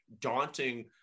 daunting